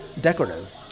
decorative